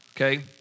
Okay